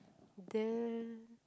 then